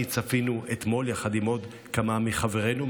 צפינו בהם אתמול יחד עם עוד כמה מחברינו,